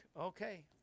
Okay